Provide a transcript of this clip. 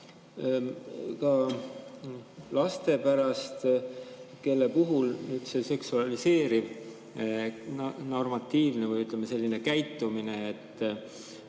ka laste pärast, kelle puhul see seksualiseeriv normatiiv või, ütleme, selline käitumine, et